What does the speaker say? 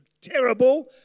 terrible